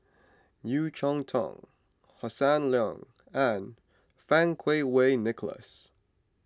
Yeo Cheow Tong Hossan Leong and Fang Kuo Wei Nicholas